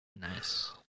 Nice